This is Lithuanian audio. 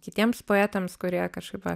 kitiems poetams kurie kažkaip va